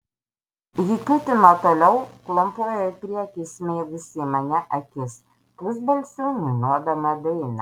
ji kiūtino toliau klampojo į priekį įsmeigusi į mane akis pusbalsiu niūniuodama dainą